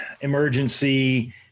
emergency